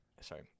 sorry